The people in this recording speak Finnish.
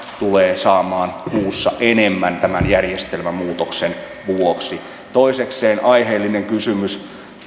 tulee saamaan kuussa enemmän tämän järjestelmämuutoksen vuoksi toisekseen aiheellinen kysymys